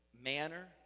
manner